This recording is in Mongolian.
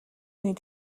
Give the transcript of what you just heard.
үед